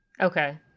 Okay